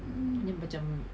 mm